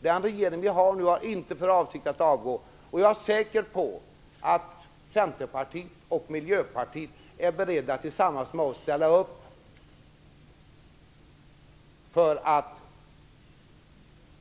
Jag är säker på att Centerpartiet och Miljöpartiet är beredda att ställa upp och